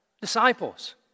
Disciples